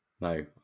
No